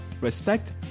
respect